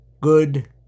good